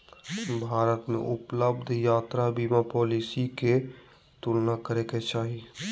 भारत में उपलब्ध यात्रा बीमा पॉलिसी के तुलना करे के चाही